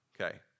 Okay